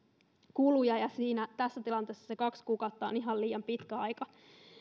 kuluja ja tässä tilanteessa se kaksi kuukautta on ihan liian pitkä aika